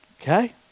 Okay